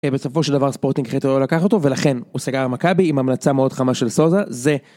בסופו של דבר ספורטינג החטא לא לקח אותו ולכן הוא סגר עם מכבי עם המלצה מאוד חמה של ... זה